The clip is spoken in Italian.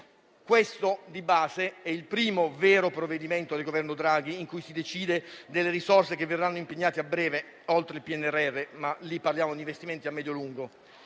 Questo, di base, è il primo vero provvedimento del Governo Draghi in cui si decide delle risorse che verranno impegnate a breve, oltre al PNRR (ma lì parliamo di investimenti a medio e lungo